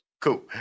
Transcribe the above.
Cool